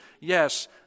Yes